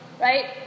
right